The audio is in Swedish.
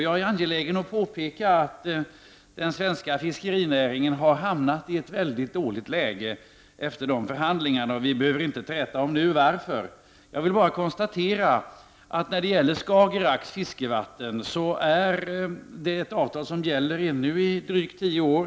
Det är angeläget att påpeka att den svenska fiskerinäringen har hamnat i ett väldigt dåligt läge efter dessa förhandlingar, men vi behöver inte träta om varför nu. Jag konstaterar bara att när det gäller Skagerraks fiskevatten finns det ett avtal som gäller ännu i drygt tio år.